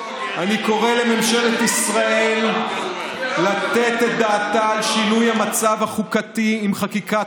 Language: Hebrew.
אני קורא לממשלת ישראל לתת את דעתה על שינוי המצב החוקתי עם חקיקת